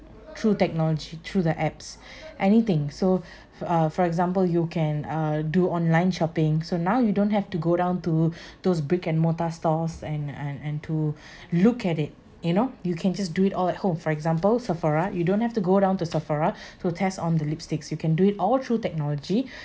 through technology through the apps anything so for for example you can uh do online shopping so now you don't have to go down to those brick and mortar stores and and and to look at it you know you can just do it all at home for example sephora you don't have to go down to sephora to test on the lipsticks you can do it all through technology